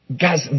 Guys